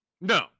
No